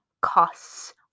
costs